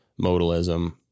Modalism